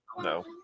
No